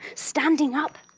standing up!